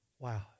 Wow